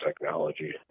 technology